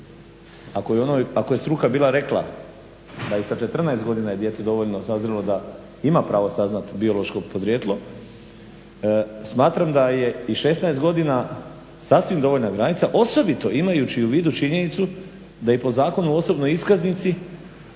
Ako je struka bila rekla da je sa 14 godina dijete dovoljno sazrilo da ima pravo saznat biološko podrijetlo, smatram da je i 16 godina sasvim dovoljna granica, osobito imajući u vidu činjenicu da i po Zakonu o osobnoj iskaznici